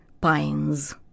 pines